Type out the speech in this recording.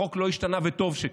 החוק לא השתנה, וטוב שכך.